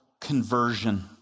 conversion